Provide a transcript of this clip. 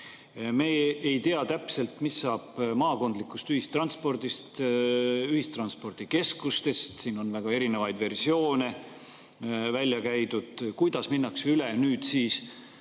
Me ei tea täpselt, mis saab maakondlikust ühistranspordist ja ühistranspordikeskustest. Siin on väga erinevaid versioone välja käidud. Kuidas minnakse üle nüüd